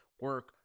Work